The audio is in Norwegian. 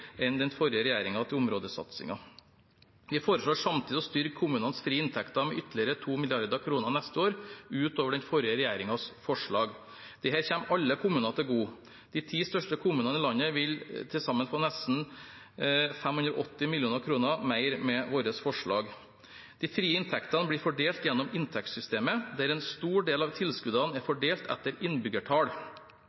enn den forrige regjeringen til områdesatsingene. Vi foreslår samtidig å styrke kommunenes frie inntekter med ytterligere 2 mrd. kr neste år, utover den forrige regjeringens forslag. Dette kommer alle kommunene til gode. De ti største kommunene i landet vil til sammen få nesten 580 mill. kr mer med vårt forslag. De frie inntektene blir fordelt gjennom inntektssystemet der en stor del av tilskuddene er